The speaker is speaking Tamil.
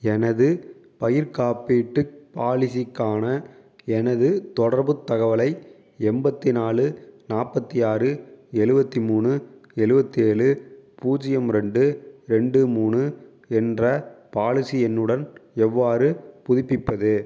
எனது பயிர் காப்பீட்டு பாலிசிக்கான எனது தொடர்புத் தகவலை எண்பத்தி நாலு நாற்பத்தி ஆறு எழுவத்தி மூணு எழுவத்தேலு பூஜ்யம் ரெண்டு ரெண்டு மூணு என்ற பாலிசி எண்ணுடன் எவ்வாறு புதுப்பிப்பது